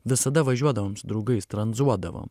visada važiuodavom su draugais tranzuodavom